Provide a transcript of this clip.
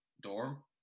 dorm